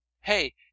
hey